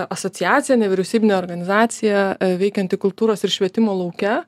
asociacija nevyriausybinė organizacija veikianti kultūros ir švietimo lauke